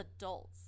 adults